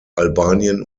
albanien